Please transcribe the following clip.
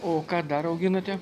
o ką dar auginate